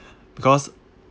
because